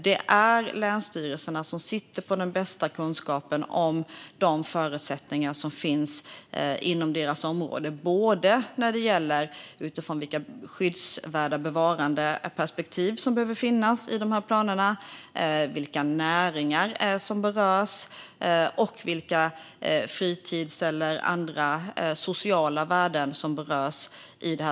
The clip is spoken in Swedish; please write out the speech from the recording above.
Det är länsstyrelserna som sitter på den bästa kunskapen om de förutsättningar som finns inom deras områden, både när det gäller vilka bevarandeperspektiv som behöver finnas i planerna, när det gäller vilka näringar som berörs och när det gäller vilka fritidsvärden eller andra sociala värden som sammantaget berörs i detta.